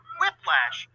whiplash